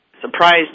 surprised